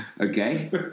okay